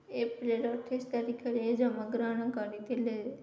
April ଅଠେଇଶ ତାରିଖରେ ଜନ୍ମ ଗ୍ରହଣ କରିଥିଲେ